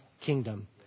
kingdom